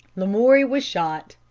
lamoury was shot,